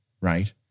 right